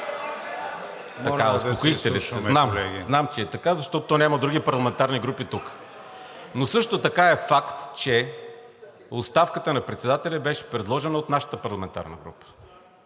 ЙОРДАНОВ: Знам, знам, че е така, защото то няма други парламентарни групи тук, но също така е факт, че оставката на председателя беше предложена от нашата парламентарна група.